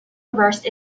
reversed